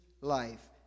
life